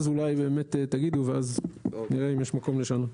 אולי באמת תגידו ואז נראה אם יש מקום לשנות.